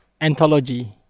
anthology